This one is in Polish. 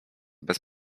bez